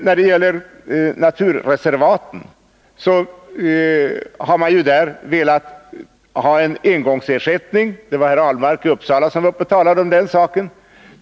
När det gäller naturreservaten har man velat ha en engångsersättning — det var herr Ahlmark i Uppsala som nyss talade för den saken.